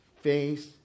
face